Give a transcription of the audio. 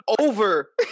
over